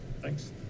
Thanks